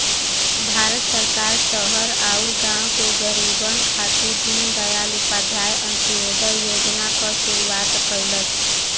भारत सरकार शहर आउर गाँव के गरीबन खातिर दीनदयाल उपाध्याय अंत्योदय योजना क शुरूआत कइलस